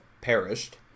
perished